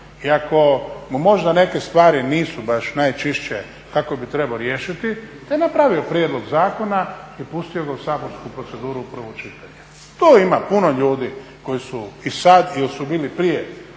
ako mu možda neke stvari nisu baš najčišće kako bi trebao riješiti, da je napravio prijedlog zakona i pustio ga u saborsku proceduru u prvo čitanje. To ima puno ljudi koji i sad ili su bili prije